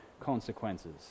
consequences